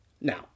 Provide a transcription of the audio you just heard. Now